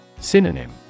Synonym